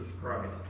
Christ